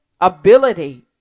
ability